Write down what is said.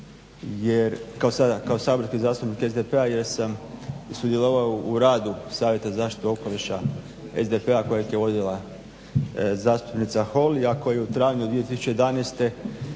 kao saborski zastupnik SDP-a jesam sudjelovao u radu Savjeta za zaštitu okoliša SDP-a kojeg je vodila zastupnica Holy, a koju trajno od 2011.i